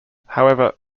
however